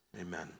Amen